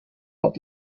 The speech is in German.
hat